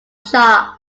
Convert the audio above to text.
chart